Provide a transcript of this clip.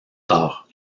tard